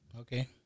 Okay